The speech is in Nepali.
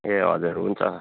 ए हजुर हुन्छ